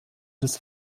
des